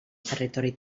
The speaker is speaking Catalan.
territori